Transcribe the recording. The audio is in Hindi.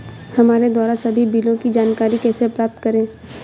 हमारे द्वारा सभी बिलों की जानकारी कैसे प्राप्त करें?